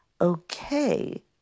Okay